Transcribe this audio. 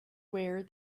wear